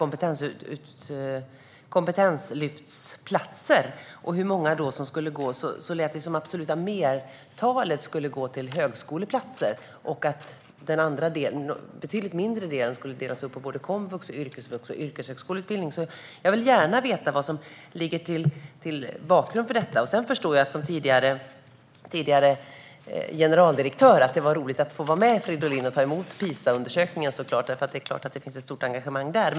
Av antalet kompetenslyftsplatser - var det 21 000? - lät det som att flertalet skulle gå till högskoleplatser och att en betydligt mindre del skulle delas upp mellan komvux, yrkesvux och yrkeshögskoleutbildning. Jag vill gärna höra vad som är bakgrunden till detta. Sedan förstår jag att det var roligt för Anna Ekström, som tidigare var generaldirektör, att tillsammans med Gustav Fridolin få ta emot PISA-undersökningen. Det är klart att det finns ett stort engagemang där.